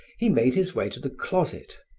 he made his way to the closet,